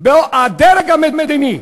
הדרג המדיני: